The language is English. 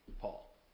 Paul